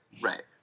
Right